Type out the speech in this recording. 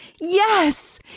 Yes